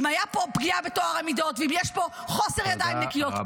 אם הייתה פה פגיעה בטוהר המידות ואם יש פה חוסר ידיים נקיות.